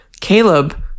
Caleb